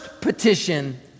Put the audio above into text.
petition